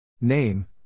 Name